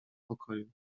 pokoju